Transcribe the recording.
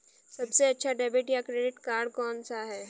सबसे अच्छा डेबिट या क्रेडिट कार्ड कौन सा है?